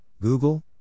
Google